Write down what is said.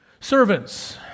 Servants